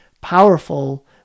powerful